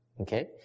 Okay